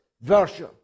version